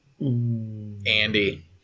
Andy